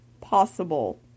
possible